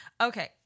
Okay